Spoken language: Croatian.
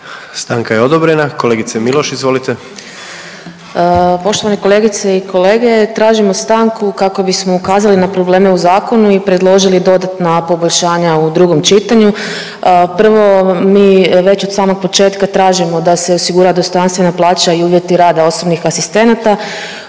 Stanka je odobrena. Kolegice Miloš izvolite. **Miloš, Jelena (Možemo!)** Poštovane kolegice i kolege tražimo stanku kako bismo ukazali na probleme u zakonu i predložili dodatna poboljšanja u drugom čitanju. Prvo mi već od samog početka tražimo da se osigura dostojanstvena plaća i uvjeti rada osobnih asistenata